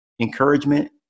Encouragement